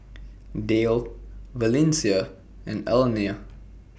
Dayle Valencia and Alena